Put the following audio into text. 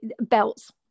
belt's